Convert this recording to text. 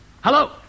Hello